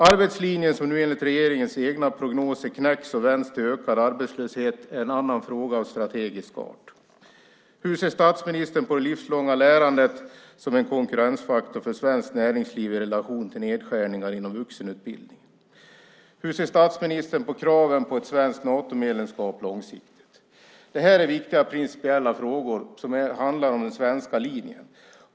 Arbetslinjen, som nu enligt regeringens egna prognoser knäcks och vänds i ökad arbetslöshet, är en annan fråga av strategisk art. Hur ser statsministern på det livslånga lärandet som en konkurrensfaktor för svenskt näringsliv i relation till nedskärningarna inom vuxenutbildningen? Hur ser statsministern på kraven på ett svenskt Natomedlemskap långsiktigt? Det här är viktiga principiella frågor om den svenska linjen.